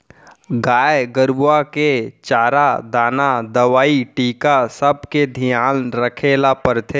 गाय गरूवा के चारा दाना, दवई, टीका सबके धियान रखे ल परथे